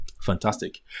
Fantastic